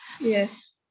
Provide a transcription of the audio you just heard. yes